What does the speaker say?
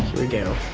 we go.